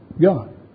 God